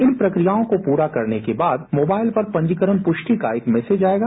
इन प्रक्रियों को पूरा करने के बाद मोबाइल पर पंजीकरण पुष्टि का एक मैसेज आयेगा